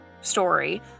story